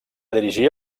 dirigir